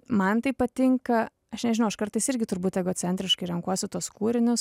man tai patinka aš nežinau aš kartais irgi turbūt egocentriškai renkuosi tuos kūrinius